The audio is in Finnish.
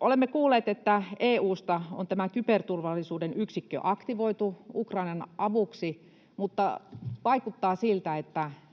Olemme kuulleet, että EU:sta on kyberturvallisuuden yksikkö aktivoitu Ukrainan avuksi, mutta vaikuttaa siltä, että